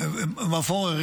מר פורר,